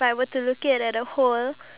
ya true